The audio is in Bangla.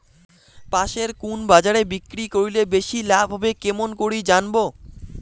পাশের কুন বাজারে বিক্রি করিলে বেশি লাভ হবে কেমন করি জানবো?